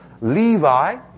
Levi